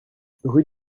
rue